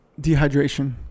dehydration